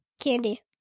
Candy